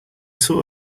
sort